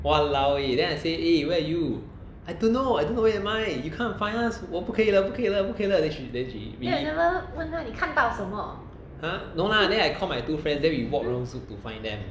!walao! eh then I say eh where you I don't know I don't know where am I you come find us 我不可以了不可以了不可以 then she then she !huh! no lah then I call my two friends then we walk around zouk to find them